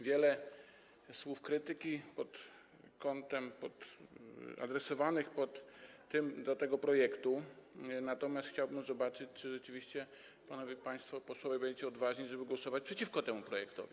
Wiele słów krytyki jest kierowanych pod adresem tego projektu, natomiast chciałbym zobaczyć, czy rzeczywiście panowie, państwo posłowie, będziecie odważni, żeby głosować przeciwko temu projektowi.